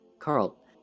Carl